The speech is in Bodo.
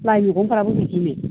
लाइ मैगंफ्राबो बिदिनो